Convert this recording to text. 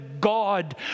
God